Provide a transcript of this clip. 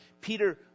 Peter